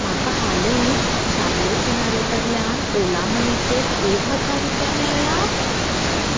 म्हाका हालींच शाब्लो सिनारी कडल्यान ओला मनीचेर एक हजार रुपया मेळ्यात